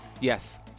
Yes